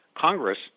Congress